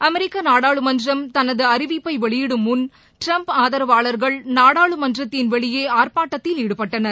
அமெரிக்க நாடாளுமன்றம் தனது அறிவிப்பை வெளியிடும் முன் ட்ரம்ப் ஆதரவாளர்கள் நாடாளுமன்றத்தின் வெளியே ஆர்ப்பாட்டத்தில் ஈடுபட்டனர்